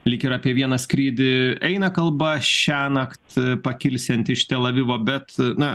lyg ir apie vieną skrydį eina kalba šiąnakt pakilsiantį iš tel avivo bet na